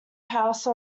house